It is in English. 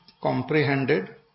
comprehended